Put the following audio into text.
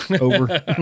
over